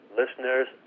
listeners